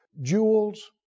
jewels